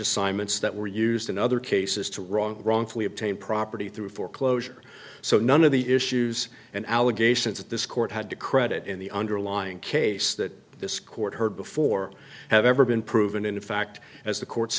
assignments that were used in other cases to wrong wrongfully obtain property through foreclosure so none of the issues and allegations that this court had to credit in the underlying case that this court heard before have ever been proven in fact as the court